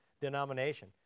denomination